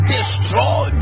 Destroy